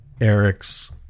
Eric's